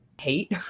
hate